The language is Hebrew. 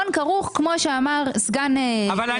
אני